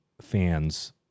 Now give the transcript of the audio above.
fans